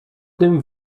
tym